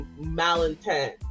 malintent